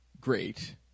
great